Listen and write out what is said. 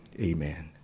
Amen